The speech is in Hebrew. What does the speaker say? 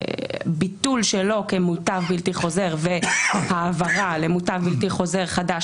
ביטול שלו כמוטב בלתי חוזר והעברה למוטב בלתי חוזר חדש,